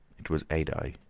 it was adye.